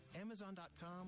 Amazon.com